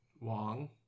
Wong